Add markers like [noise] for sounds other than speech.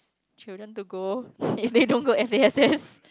children to go [laughs] if they don't go F_A_S_S